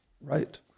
right